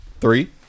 Three